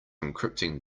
encrypting